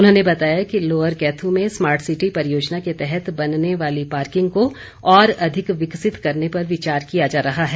उन्होंने बताया कि लोअर कैथू में स्मार्ट सिटी परियोजना के तहत बनने वाली पार्किंग को और अधिक विकसित करने पर विचार किया जा रहा है